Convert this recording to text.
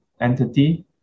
entity